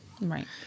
Right